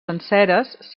senceres